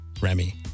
Remy